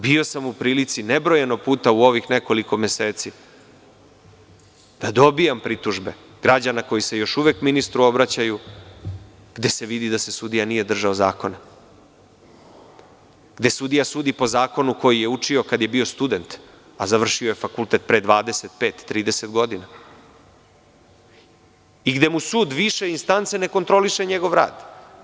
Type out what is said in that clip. Bio sam u prilici nebrojeno puta u ovih nekoliko meseci da dobijam pritužbe građana koji se još uvek ministru obraćaju, gde se vidi da se sudija nije držao zakona, gde sudija sudi po zakonu koji je učio kada je bio student, a završio je fakultet pre 25-30 godina, gde mu sud više instance ne kontroliše njegov rad.